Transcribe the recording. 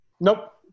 Nope